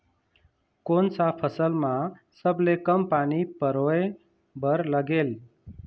कोन सा फसल मा सबले कम पानी परोए बर लगेल?